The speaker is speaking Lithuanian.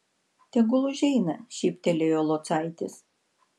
tegul užeina šyptelėjo locaitis